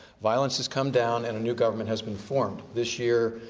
violence has come down and a new government has been formed. this year,